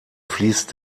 fließt